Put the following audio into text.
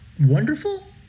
wonderful